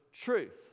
truth